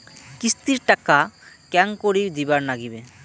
কিস্তির টাকা কেঙ্গকরি দিবার নাগীবে?